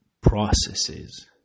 processes